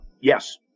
Yes